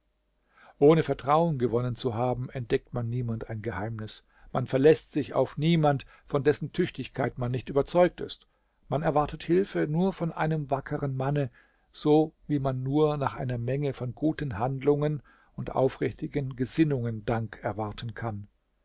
ohne vertrauen gewonnen zu haben entdeckt man niemand ein geheimnis man verläßt sich auf niemand von dessen tüchtigkeit man nicht überzeugt ist man erwartet hilfe nur von einem wackeren manne so wie man nur nach einer menge von guten handlungen und aufrichtigen gesinnungen dank erwarten kann